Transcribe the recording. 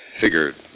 figured